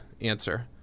answer